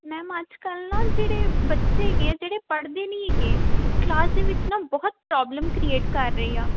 ma'am ਅੱਜ ਕੱਲ੍ਹ ਨਾ ਜਿਹੜੇ ਬੱਚੇ ਹੈਗੇ ਹੈ ਜਿਹੜੇ ਪੜ੍ਹਦੇ ਨਹੀਂ ਹੈਗੇ ਉਹ ਕਲਾਸ ਦੇ ਵਿੱਚ ਨਾ ਬਹੁਤ ਪ੍ਰੋਬਲਮ ਕ੍ਰੀਏਟ ਕਰ ਰਹੇ ਆ